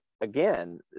again